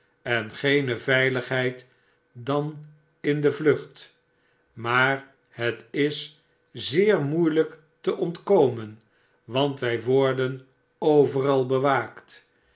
en geene veiligheid dan in de vlucht maar het is zeer moeielijk te ontkomen want wij worden overal bewaakt